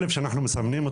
כלב שאנחנו מסמנים אותו,